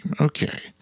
Okay